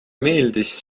meeldis